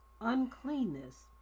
uncleanness